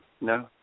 No